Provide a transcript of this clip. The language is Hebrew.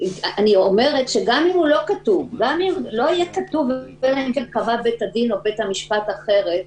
אם לא יהיה כתוב: "אלא אם כן קבע בית הדין או בית-המשפט אחרת",